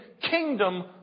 kingdom